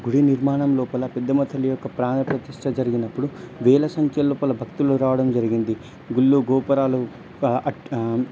గుడి నిర్మాణం లోపల పెద్దమ్మ తల్లి యొక్క ప్రాణప్రతిష్ట జరిగినప్పుడు వేల సంఖ్యల్లోపల భక్తులు రావడం జరిగింది గుళ్ళు గోపురాలు అట్